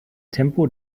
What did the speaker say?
tempo